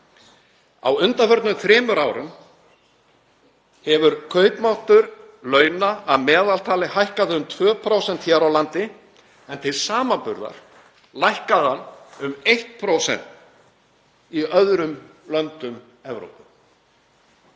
Á undanförnum þremur árum hefur kaupmáttur launa að meðaltali hækkað um 2% hér á landi en til samanburðar lækkaði hann um 1% í öðrum löndum Evrópu.